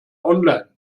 online